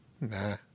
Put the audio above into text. Nah